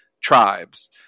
tribes